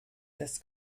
des